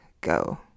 go